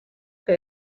que